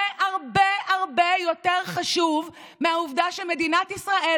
זה הרבה הרבה יותר חשוב מהעובדה שמדינת ישראל